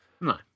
No